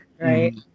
Right